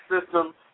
system